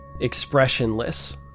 expressionless